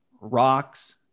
rocks